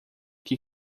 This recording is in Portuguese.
que